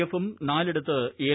എഫും നാലിടത്ത് എൽ